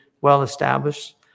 well-established